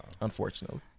unfortunately